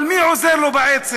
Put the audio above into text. אבל מי עוזר לו בעצם?